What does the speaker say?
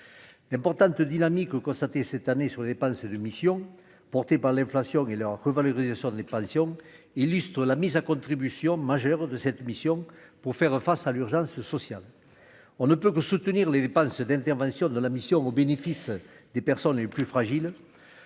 importante dynamique constatée cette année sur les dépenses de mission porté par l'inflation et la revalorisation des pensions, illustrent la mise à contribution majeure de cette mission pour faire face à l'urgence sociale, on ne peut que soutenir les dépenses d'intervention de la mission au bénéfice des personnes plus fragiles,